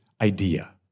idea